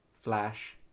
Flash